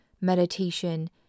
meditation